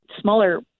Smaller